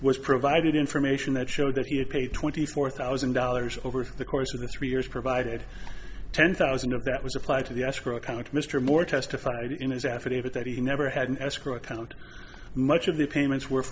was provided information that showed that he had paid twenty four thousand dollars over the course of the three years provided ten thousand of that was applied to the escrow account mr moore testified in his affidavit that he never had an escrow account much of the payments were